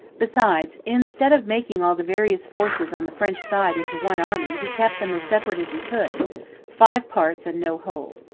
besides, instead of making all the various forces on the french side into one army he kept them as separate as he could five parts and no whole.